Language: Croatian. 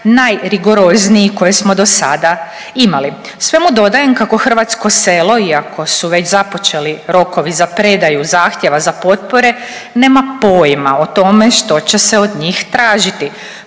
najrigorozniji koje smo do sada imali. Svemu dodajem kako hrvatsko selo iako su već započeli rokovi za predaju zahtjeva za potpore nema pojma o tome što će se od njih tražiti.